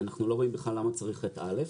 אנחנו לא רואים בכלל למה צריך את (א).